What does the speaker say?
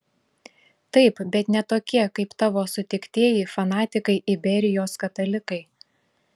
taip bet ne tokie kaip tavo sutiktieji fanatikai iberijos katalikai